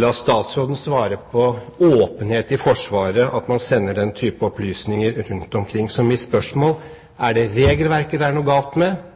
la statsråden svare på åpenhet i Forsvaret sender den type opplysninger rundt omkring. Så mitt spørsmål er: Er det regelverket det er noe galt med,